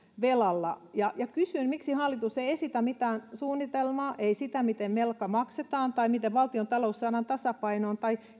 velalla kysyn miksi hallitus ei esitä mitään suunnitelmaa siitä miten velka maksetaan tai miten valtiontalous saadaan tasapainoon tai